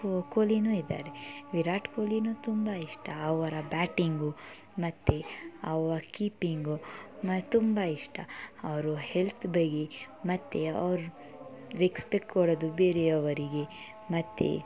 ಕೊ ಕೊಹ್ಲಿನೂ ಇದ್ದಾರೆ ವಿರಾಟ್ ಕೊಹ್ಲಿನೂ ತುಂಬ ಇಷ್ಟ ಅವರ ಬ್ಯಾಟಿಂಗು ಮತ್ತು ಅವ್ರ ಕೀಪಿಂಗು ಮ ತುಂಬ ಇಷ್ಟ ಅವರು ಹೆಲ್ತ್ ಬಗ್ಗೆ ಮತ್ತು ಅವ್ರು ರೆಗ್ಸ್ಪೆಕ್ಟ್ ಕೊಡೋದು ಬೇರೆಯವರಿಗೆ ಮತ್ತು